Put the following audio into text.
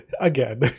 Again